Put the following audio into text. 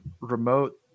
remote